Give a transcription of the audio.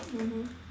mmhmm